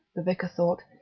the vicar thought,